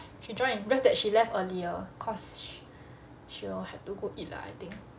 she join just that she left earlier cause she'll have to go eat lah I think